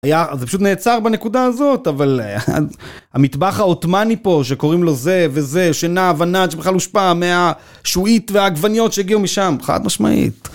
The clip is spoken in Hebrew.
זה פשוט נעצר בנקודה הזאת, אבל המטבח העותמאני פה שקוראים לו זה וזה, שנע ונד, שבכלל הושפע מהשעועית והעגבניות שהגיעו משם, חד משמעית.